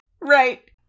Right